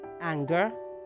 anger